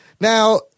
Now